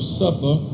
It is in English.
suffer